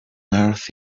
earth